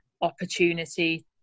opportunity